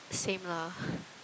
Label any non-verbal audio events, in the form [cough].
same lah [breath]